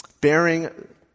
bearing